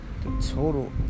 total